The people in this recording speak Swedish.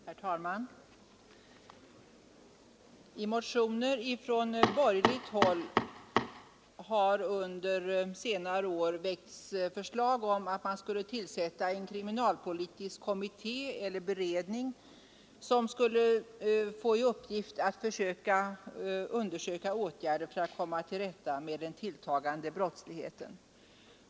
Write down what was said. Herr talman! I motioner från borgerligt håll har under senare år väckts förslag om att man skulle tillsätta en kriminalpolitisk kommitté eller beredning, som skulle få till uppgift att föreslå åtgärder för att komma till rätta med den tilltagande brottsligheten.